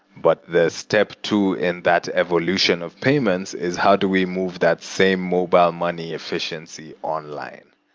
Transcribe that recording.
but the step two in that evolution of payments is how do we move that same mobile money efficiency online?